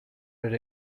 did